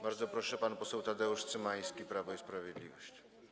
Bardzo proszę, pan poseł Tadeusz Cymański, Prawo i Sprawiedliwość.